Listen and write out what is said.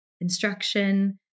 instruction